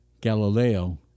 Galileo